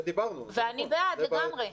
ואני בעד לגמרי.